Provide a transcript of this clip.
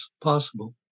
possible